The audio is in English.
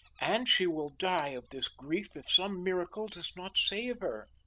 and she will die of this grief if some miracle does not save her.